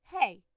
hey